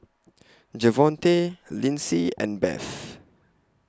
Javonte Lyndsey and Beth